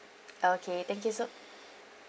okay thank you so